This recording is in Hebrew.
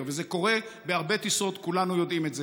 וזה קורה בהרבה טיסות, כולנו יודעים את זה.